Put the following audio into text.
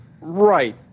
Right